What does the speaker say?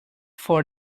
for